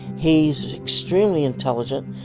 he's extremely intelligent.